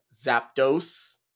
Zapdos